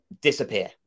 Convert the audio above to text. disappear